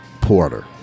Porter